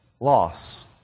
loss